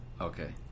Okay